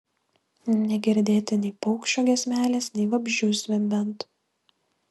negirdėti nei paukščio giesmelės nei vabzdžių zvimbiant